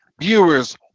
viewers